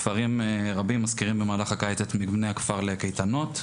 כפרים רבים משכירים במהלך הקיץ את מבני הכפר לקייטנות,